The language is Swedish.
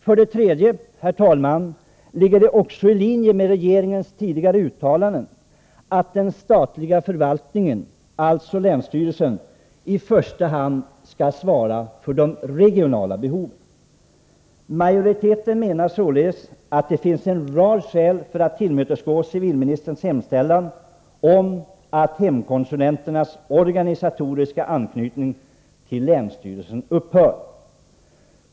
För det tredje ligger det också i linje med regeringens tidigare uttalanden att den statliga förvaltningen, alltså länsstyrelsen, i första hand skall svara för de regionala behoven. Majoriteten menar således att det finns en rad skäl för att tillmötesgå civilministerns hemställan om att hemkonsulenternas organisatoriska anknytning till länsstyrelsen upphör.